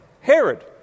Herod